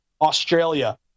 Australia